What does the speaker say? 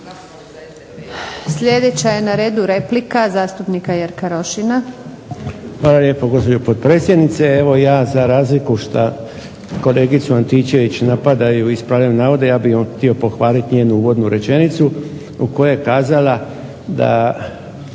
Sljedeća je na redu replika zastupnika Jerka Rošina. **Rošin, Jerko (HDZ)** Hvala lijepo gospođo potpredsjednice. Evo ja za razliku što kolegicu Antičević napadaju i ispravljaju navode ja bih htio pohvaliti njenu uvodnu rečenicu u kojoj je kazala da